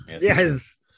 Yes